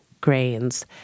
grains